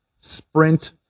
sprint